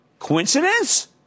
Coincidence